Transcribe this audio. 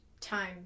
Time